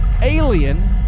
alien